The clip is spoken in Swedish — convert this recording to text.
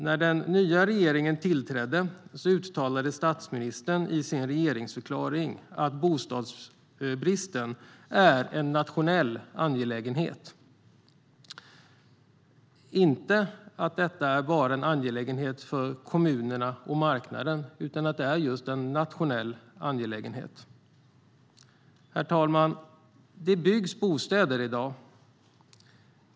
När den nya regeringen tillträdde uttalade statsministern i sin regeringsförklaring att bostadsbristen är en nationell angelägenhet. Det är inte en angelägenhet bara för kommunerna och marknaden. Det byggs bostäder i dag.